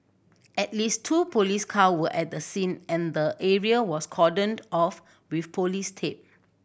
at least two police car were at the scene and the area was cordoned off with police tape